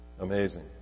Amazing